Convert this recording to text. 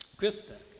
christa,